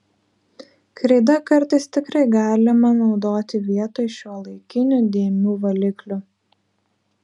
kreidą kartais tikrai galima naudoti vietoj šiuolaikinių dėmių valiklių